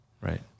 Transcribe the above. Right